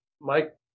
Mike